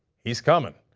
he is coming.